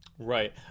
Right